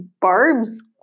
Barb's